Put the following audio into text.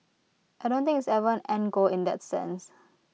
I don't think it's ever end goal in that sense